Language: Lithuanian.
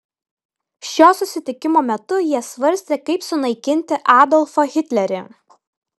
šio susitikimo metu jie svarstė kaip sunaikinti adolfą hitlerį